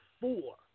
Four